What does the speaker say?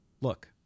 Look